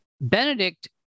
Benedict